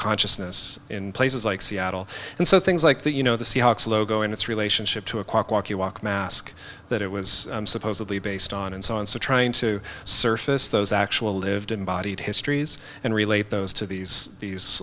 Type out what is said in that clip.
consciousness in places like seattle and so things like that you know the seahawks logo and its relationship to a quick walk you walk mask that it was supposedly based on and so on so trying to surface those actual lived embodied histories and relate those to these these